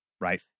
right